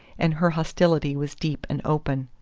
and her hostility was deep and open.